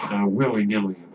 willy-nilly